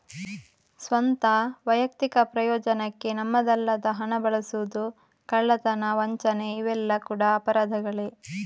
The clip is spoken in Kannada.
ಸ್ವಂತ, ವೈಯಕ್ತಿಕ ಪ್ರಯೋಜನಕ್ಕೆ ನಮ್ಮದಲ್ಲದ ಹಣ ಬಳಸುದು, ಕಳ್ಳತನ, ವಂಚನೆ ಇವೆಲ್ಲ ಕೂಡಾ ಅಪರಾಧಗಳೇ